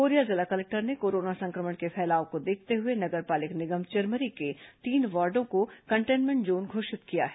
Korea जिला collector ने corona संक्रमण के फैलाव को देखते हुए नगर पालिक निगम चिरमिरी के तीन वार्डों को कंटेनमेंट जोन घोषित किया है